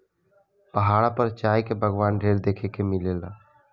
पहाड़ पर चाय के बगावान ढेर देखे के मिलेला